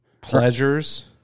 pleasures